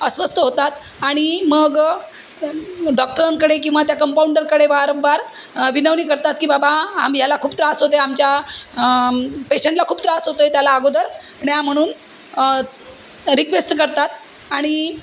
अस्वस्थ होतात आणि मग डॉक्टरांकडे किंवा त्या कंपाऊंडरकडे वारंवार विनवणी करतात की बाबा आम्ही याला खूप त्रास होतो आमच्या पेशंटला खूप त्रास होतो आहे त्याला अगोदर न्या म्हणून रिक्वेस्ट करतात आणि